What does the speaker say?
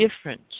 different